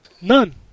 None